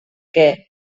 què